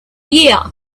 year